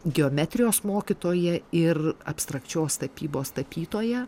geometrijos mokytoją ir abstrakčios tapybos tapytoją